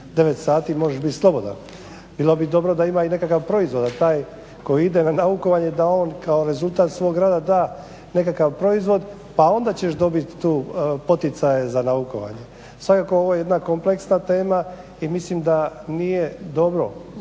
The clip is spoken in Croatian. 9 sati možeš bit slobodan. Bilo bi dobro da ima i nekakav proizvod, a taj koji ide na naukovanje da on kao rezultat svog rada da nekakav proizvod pa onda ćeš dobit tu poticaje za naukovanje. Svakako ovo je jedna kompleksna tema i mislim da nije dobro,